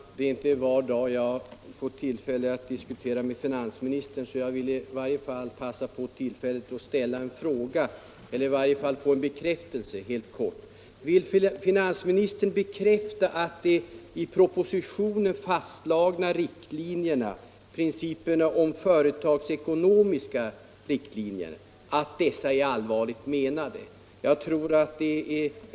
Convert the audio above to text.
Herr talman! Det är inte var dag jag får tillfälle att diskutera med finansministern, så jag vill i varje fall passa på tillfället att ställa en kort fråga för att få en bekräftelse: Vill finansministern bekräfta att de i propositionen fastslagna företagsekonomiska riktlinjerna är allvarligt — Nr 35 menade?